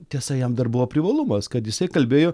tiesa jam dar buvo privalumas kad jisai kalbėjo